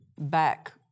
back